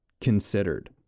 considered